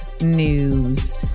news